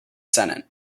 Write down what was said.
senate